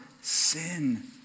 sin